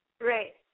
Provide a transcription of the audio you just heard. Right